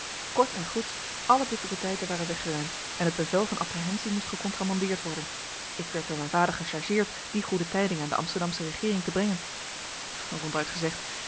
kort en goed alle difficulteiten waren weggeruimd en het bevel van apprehensie moest gecontramandeerd worden ik werd door mijn vader gechargeerd die goede tijding aan de amsterdamsche regeering te brengen ronduit gezegd